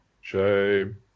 Shame